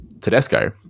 Tedesco